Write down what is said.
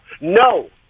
No